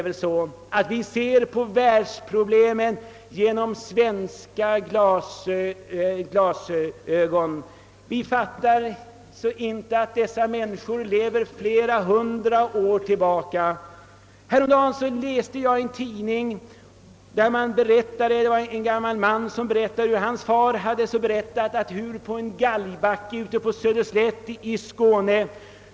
Vi ser då på världens problem genom svenska glasögon. Vi fattar inte att dessa människor lever under förhållanden, som ligger flera hundra år tillbaka i tiden. Häromdagen läste jag om en gammal man som berättade om hur hans far i sin tur hade berättat om hur det gick till på en galgbacke på Söderslätt i Skåne.